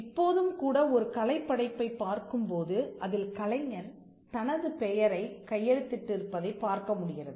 இப்போதும்கூடஒரு கலைப்படைப்பைப் பார்க்கும்போது அதில் கலைஞன் தனது பெயரைக் கையெழுத்திட்டு இருப்பதைப் பார்க்க முடிகிறது